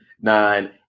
nine